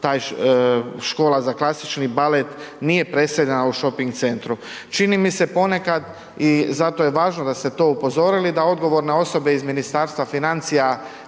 taj, Škola za klasični balet nije preseljena u Shopping centru. Čini mi se ponekad i zato je važno da ste to upozorili da odgovorne osobe iz Ministarstva financija